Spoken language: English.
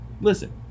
listen